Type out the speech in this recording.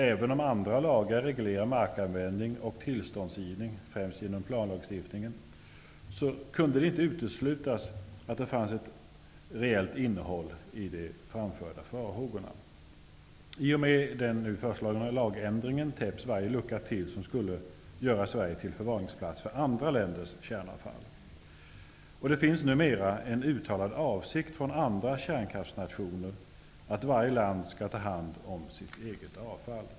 Även om andra lagar reglerar markanvändning och tillståndsgivning - främst genom planlagstiftningen - kunde det inte uteslutas att det fanns ett reellt innehåll i de framförda farhågorna. I och med den nu föreslagna lagändringen täpper man till varje lucka som skulle kunna göra Sverige till förvaringsplats för andra länders kärnavfall. Det finns numera en uttalad avsikt från alla kärnkraftsnationer att varje land skall ta hand om sitt eget avfall.